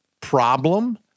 problem